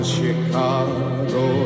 Chicago